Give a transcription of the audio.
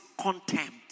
contempt